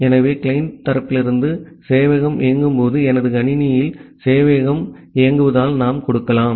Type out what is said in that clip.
ஆகவே கிளையன்ட் தரப்பிலிருந்து சேவையகம் இயங்கும்போது எனது கணினியில் சேவையகம் இயங்குவதால் நாம் கொடுக்கலாம்